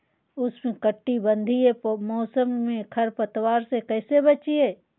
उष्णकटिबंधीय मौसम में खरपतवार से कैसे बचिये?